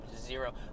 zero